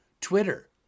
Twitter